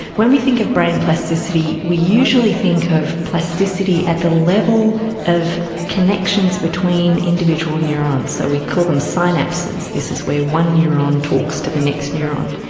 when we think of brain plasticity we usually think of plasticity at the level of connections between individual neurons. so we call them synapses. this is where one neuron talks to the next neuron.